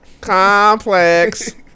Complex